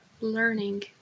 Learning